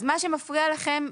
אז מה שמפריע לכם,